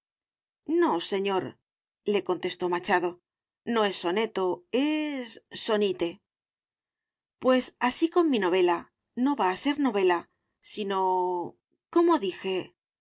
no señorle contestó machado no es soneto es sonite pues así con mi novela no va a ser novela sino cómo dije